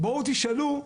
בואו תשאלו,